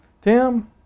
Tim